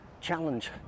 challenge